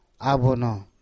abono